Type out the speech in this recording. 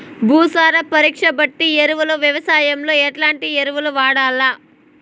భూసార పరీక్ష బట్టి ఎరువులు వ్యవసాయంలో ఎట్లాంటి ఎరువులు వాడల్ల?